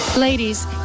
Ladies